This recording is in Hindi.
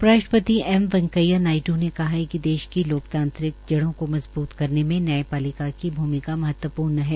उप राष्ट्रपति एम वैकेंया नायड़ ने कहा है कि देश की लोकतांत्रिक जड़ो को मजबूत करेन में न्यायपालिका की भूमिका महत्वपूर्ण है